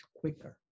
quicker